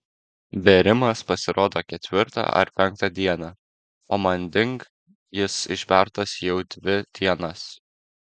bėrimas pasirodo ketvirtą ar penktą dieną o manding jis išbertas jau dvi dienas